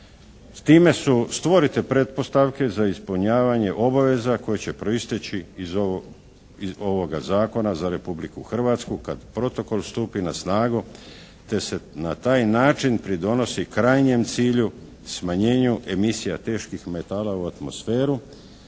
S time su stvorite pretpostavke za ispunjavanje obaveze koje će proisteći iz ovoga zakona za Republiku Hrvatsku kad protokol stupi na snagu, te se na taj način pridonosi krajnjem cilju smanjenju emisija teških metala u atmosferu,